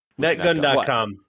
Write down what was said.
Netgun.com